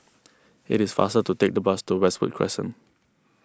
it is faster to take the bus to Westwood Crescent